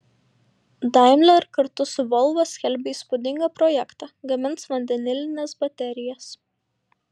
daimler kartu su volvo skelbia įspūdingą projektą gamins vandenilines baterijas